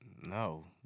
no